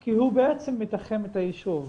כי הוא בעצם מתחם את הישוב.